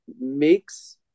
makes